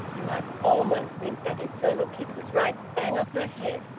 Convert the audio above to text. you might almost think that infernal kid was right bang off her head,